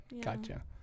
Gotcha